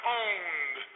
owned